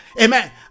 Amen